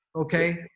okay